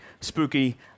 spooky